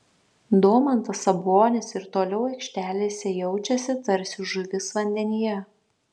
domantas sabonis ir toliau aikštelėse jaučiasi tarsi žuvis vandenyje